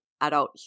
adult